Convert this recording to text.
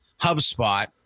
HubSpot